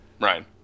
Right